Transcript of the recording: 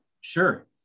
Sure